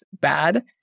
bad